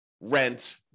rent